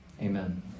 amen